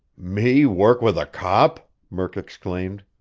me work with a cop? murk exclaimed.